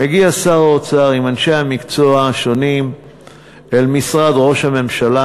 מגיע שר האוצר עם אנשי המקצוע השונים אל משרד ראש הממשלה,